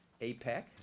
APEC